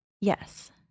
Yes